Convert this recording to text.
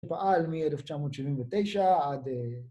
פעל מ-1979 עד...